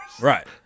Right